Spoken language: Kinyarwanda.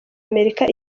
amerika